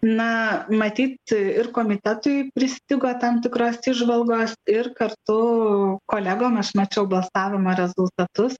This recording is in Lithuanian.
na matyt ir komitetui pristigo tam tikros įžvalgos ir kartu kolegom aš mačiau balsavimo rezultatus